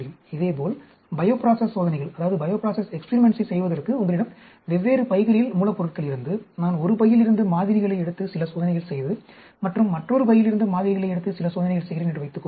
இதேபோல் பயோபிராசஸ் சோதனைகளைச் செய்வதற்கு உங்களிடம் வெவ்வேறு பைகளில் மூலப்பொருட்கள் இருந்து நான் ஒரு பையில் இருந்து மாதிரிகளை எடுத்து சில சோதனைகள் செய்து மற்றும் மற்றொரு பையில் இருந்து மாதிரிகளை எடுத்து சில சோதனைகள் செய்கிறேன் என்று வைத்துக்கொள்வோம்